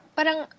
Parang